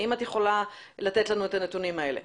האם את יכולה לתת לנו את הנתונים האלה?